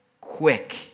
Quick